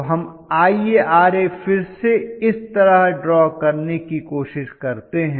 तो हम IaRa फिर से इस तरह ड्रॉ करने की कोशिश करते हैं